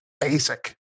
basic